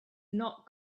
not